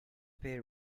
pay